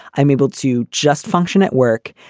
i'm able to just function at work.